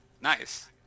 Nice